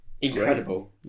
incredible